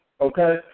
okay